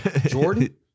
Jordan